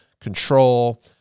control